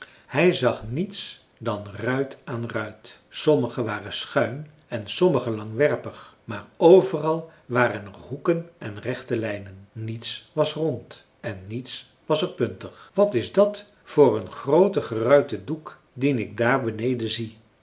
hij zag niets dan ruit aan ruit sommige waren schuin en sommige langwerpig maar overal waren er hoeken en rechte lijnen niets was rond en niets was er puntig wat is dat voor een groote geruite doek dien ik daar beneden zie